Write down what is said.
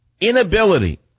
inability